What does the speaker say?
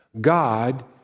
God